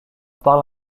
parle